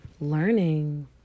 learning